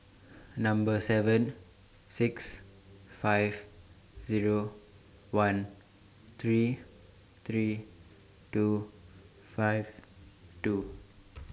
Number seven six five Zero one three three two five two